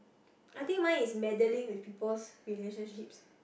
I think mine is meddling with peoples' relationships